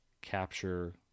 capture